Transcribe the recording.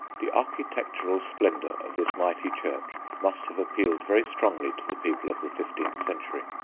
the architectural splendour of this mighty church must have appealed very strongly to the people of the fifteenth century,